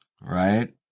right